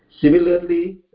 Similarly